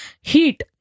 heat